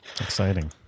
Exciting